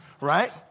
right